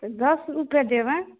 दस रुपै देबै